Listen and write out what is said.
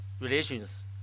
relations